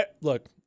look